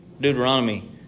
Deuteronomy